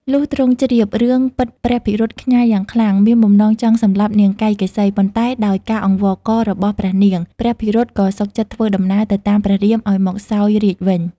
លុះទ្រង់ជ្រាប រឿងពិតព្រះភិរុតខ្ញាល់យ៉ាងខ្លាំង មានបំណងចង់សម្លាប់នាងកៃកេសី ប៉ុន្តែដោយការអង្វករ របស់ព្រះនាង ព្រះភិរុតក៏សុខចិត្តធ្វើដំណើរទៅតាមព្រះរាមឱ្យមកសោយរាជ្យវិញ។